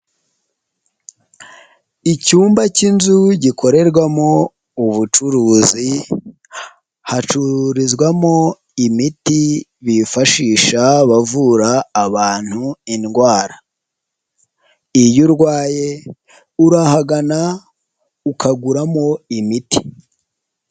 Icyumba k'inzu gikorerwamo ubucuruzi, hacururizwamo imiti bifashisha bavura abantu indwara. Iyo urwaye urahagana ukaguramo imiti.